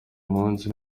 munsi